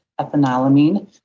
ethanolamine